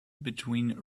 between